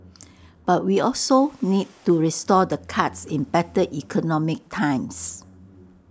but we also need to restore the cuts in better economic times